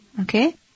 okay